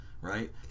right